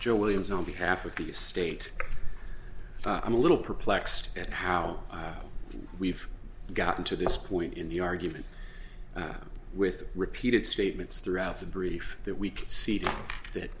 joe williams on behalf of the state i'm a little perplexed at how we've gotten to this point in the argument with repeated statements throughout the brief that we can see that